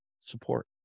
support